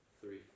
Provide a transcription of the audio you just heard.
three